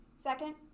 Second